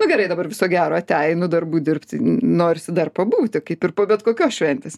nu gerai dabar viso gero ate einu darbų dirbti norisi dar pabūti kaip ir po bet kokios šventės